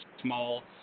small